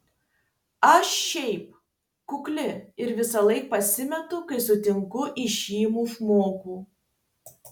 aš šiaip kukli ir visąlaik pasimetu kai sutinku įžymų žmogų